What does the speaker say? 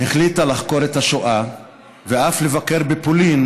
החליטה לחקור את השואה ואף לבקר בפולין